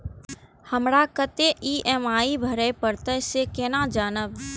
हमरा कतेक ई.एम.आई भरें परतें से केना जानब?